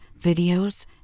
videos